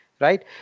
right